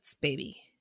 baby